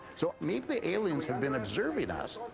so maybe the aliens have been observing us,